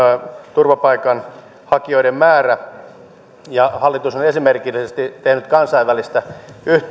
turvapaikanhakijoiden määrä ja hallitus on esimerkillisesti tehnyt kansainvälistä